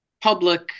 public